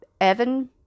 Evan